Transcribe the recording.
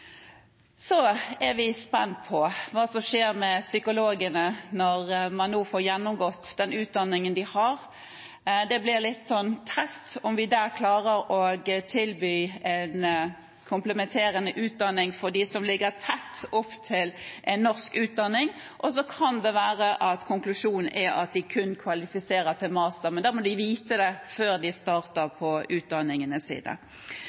er spent på hva som skjer med psykologene når man nå får gjennomgått den utdanningen de har. Det blir en test på om vi klarer å tilby en komplementerende utdanning for dem som ligger tett opp til en norsk utdanning. Konklusjonen kan bli at de kun er kvalifisert for mastergrad, men da må de få vite det før de